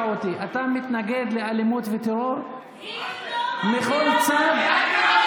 אותי: אתה מתנגד לאלימות וטרור מכל צד?